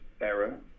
error